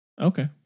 Okay